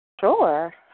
Sure